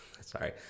Sorry